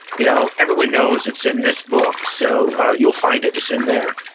you know everyone knows it's in this book, so you'll find it, it's in there.